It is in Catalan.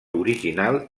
original